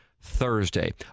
Thursday